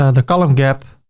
ah the column gap,